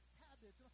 habits